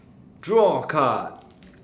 draw a card